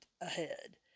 ahead